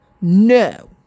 No